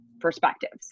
Perspectives